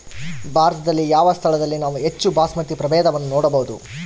ಭಾರತದಲ್ಲಿ ಯಾವ ಸ್ಥಳದಲ್ಲಿ ನಾವು ಹೆಚ್ಚು ಬಾಸ್ಮತಿ ಪ್ರಭೇದವನ್ನು ನೋಡಬಹುದು?